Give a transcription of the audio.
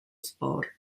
sport